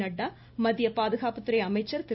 நட்டா மத்திய பாதுகாப்புத்துறை அமைச்சர் திரு